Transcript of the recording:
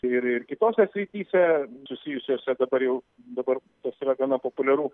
ir ir kitose srityse susijusiose su dabar jau dabar tas yra gana populiaru